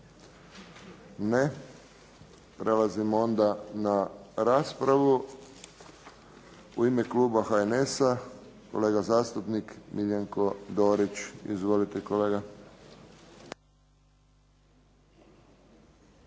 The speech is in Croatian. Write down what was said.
Ne. Prelazimo onda na raspravu. U ime kluba HNS-a kolega zastupnik Miljenko Dorić. Izvolite kolega.